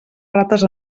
rates